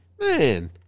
man